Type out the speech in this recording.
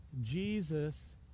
Jesus